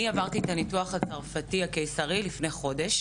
עברתי את הניתוח הקיסרי הצרפתי לפני חודש